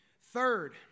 Third